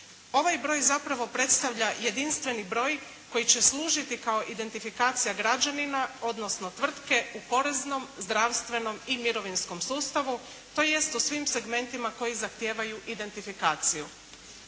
Ovaj broj zapravo predstavlja jedinstveni broj koji će služiti kao identifikacija građanina odnosno tvrtke u poreznom, zdravstvenom i mirovinskom sustavu, tj. u svim segmentima koji zahtijevaju identifikaciju.